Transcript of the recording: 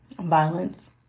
violence